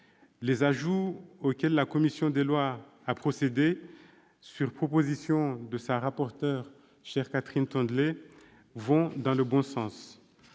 Les ajouts auxquels la commission des lois a procédé sur votre proposition, madame la rapporteur, chère Catherine Troendlé, vont dans le bon sens.